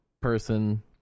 person